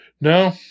No